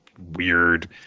weird